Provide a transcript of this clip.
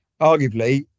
Arguably